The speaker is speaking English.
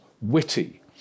witty